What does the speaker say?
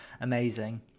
Amazing